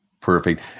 Perfect